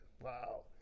wow